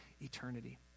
eternity